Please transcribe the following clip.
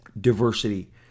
diversity